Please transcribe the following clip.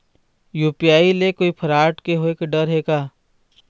UPI ले कोई fraud होए के डर हे का?